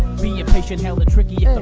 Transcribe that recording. being patient hella tricky ah